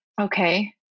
Okay